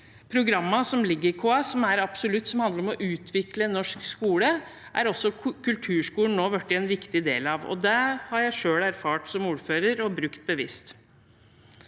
programmene som ligger i KS, som er absolutt, som handler om å utvikle norsk skole, er kulturskolen nå også blitt en viktig del av. Det har jeg selv erfart som ordfører og brukt bevisst.